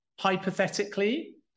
hypothetically